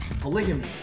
Polygamy